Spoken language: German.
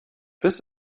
biss